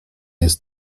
jest